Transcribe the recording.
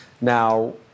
Now